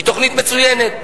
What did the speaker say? היא תוכנית מצוינת.